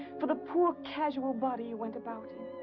for the poor, casual body you went about in.